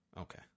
Okay